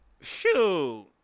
shoot